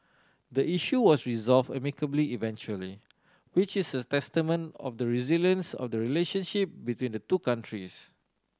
the issue was resolved amicably eventually which is a testament of the resilience of the relationship between the two countries